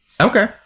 Okay